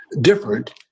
different